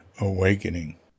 awakening